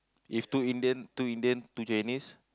if two Indian two Indian two Chinese